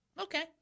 Okay